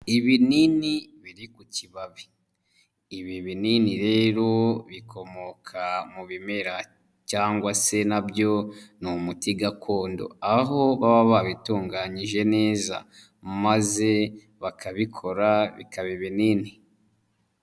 Ibinini biri ku kibabi, ibi binini rero bikomoka mu bimera cyangwa se na byo ni umuti gakondo aho baba babitunganyije neza maze bakabikora bikaba ibinini.